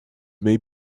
may